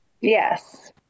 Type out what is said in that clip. Yes